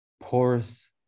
porous